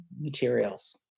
materials